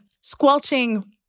squelching